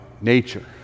nature